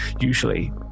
usually